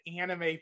anime